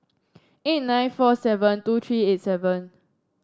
eight nine four seven two tree eight seven